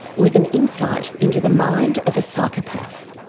with an insight into the mind of a psychopath.